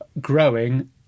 growing